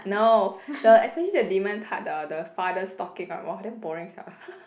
no the especially the demon part the the father stalking !wah! damn boring sia